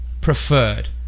preferred